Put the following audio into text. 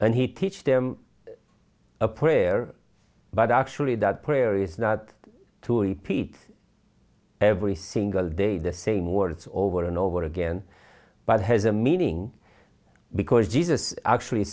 and he teach them a prayer but actually that prayer is not to repeat every single day the same words over and over again but has a meaning because jesus actually